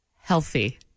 healthy